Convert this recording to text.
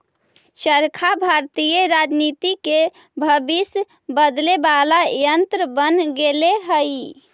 चरखा भारतीय राजनीति के भविष्य बदले वाला यन्त्र बन गेले हई